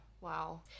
Wow